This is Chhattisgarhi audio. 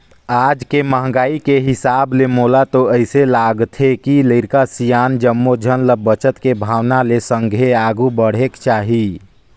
आज के महंगाई के हिसाब ले मोला तो अइसे लागथे के लरिका, सियान जम्मो झन ल बचत के भावना ले संघे आघु बढ़ेक चाही